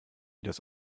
das